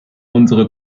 unsere